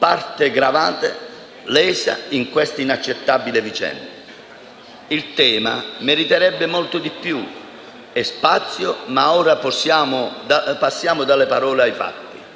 Il tema meriterebbe molto più tempo e spazio, ma ora passiamo dalle parole ai fatti.